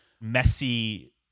messy